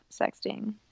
sexting